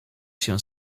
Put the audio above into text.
się